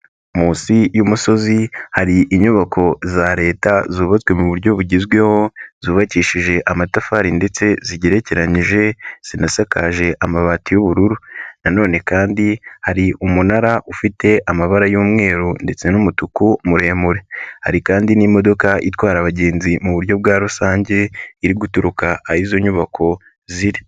Munsi y'umusozi hari inyubako za Leta zubatswe mu buryo bugezweho, zubakishije amatafari ndetse zigerekeranyije zinasakaje amabati y'ubururu, nanone kandi hari umunara ufite amabara y'umweru ndetse n'umutuku muremure hari kandi n'imodoka itwara abagenzi mu buryo bwa rusange iri guturuka aho izo nyubako ziri.